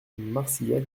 marcillac